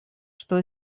что